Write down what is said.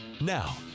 Now